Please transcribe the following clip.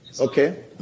Okay